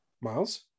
Miles